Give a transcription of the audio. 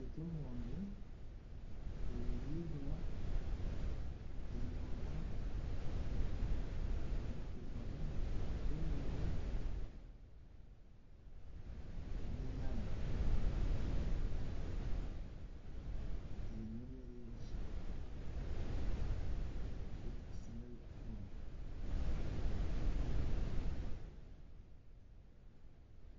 Nk'emondi, ebiriibwa, enyama, oteekamu obutunguru n'enyaanya. Eyo niyo mere y'Abakiga ei tukusingayo kukunda.